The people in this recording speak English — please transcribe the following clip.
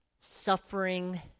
Suffering